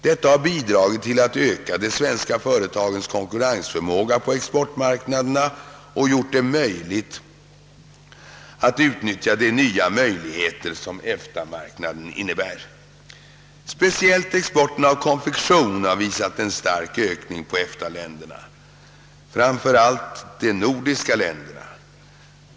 Detta har bidragit till att öka de svenska företagens konkurrensförmåga på exportmarknaderna och gjort det möjligt att utnyttja de nya möjligheter som EFTA-marknaden innebär. Speciellt exporten av konfektion har visat en stark ökning på EFTA-länderna, framför allt de nordiska länderna.